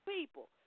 people